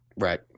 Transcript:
Right